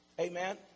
Amen